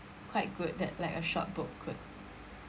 quite good that like a short book could